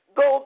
go